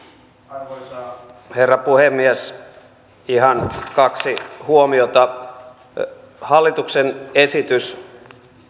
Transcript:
arvoisa herra puhemies ihan kaksi huomiota hallituksen esitys